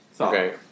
Okay